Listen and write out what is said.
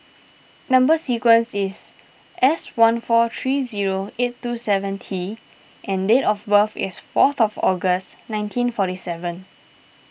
Number Sequence is S one four three zero eight two seven T and date of birth is fourth of August nineteen forty seven